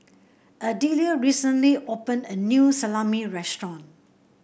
Adelia recently opened a new Salami restaurant